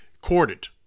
corded